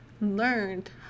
learned